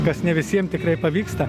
kas ne visiem tikrai pavyksta